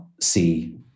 see